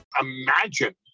Imagine